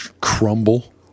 crumble